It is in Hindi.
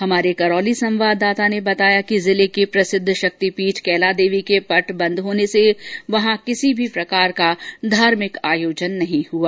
हमारे करौली संवाददाता ने बताया कि जिले के प्रसिद्ध शक्ति पीठ कैला देवी के पट बंद होने से वहां किसी भी प्रकार का धार्मिक आयोजन नहीं हुआ